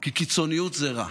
כי קיצוניות זה רע,